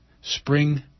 spring